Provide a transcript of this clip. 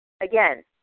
Again